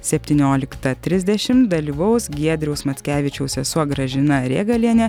septynioliktą trisdešimt dalyvaus giedriaus mackevičiaus sesuo gražina rėgalienė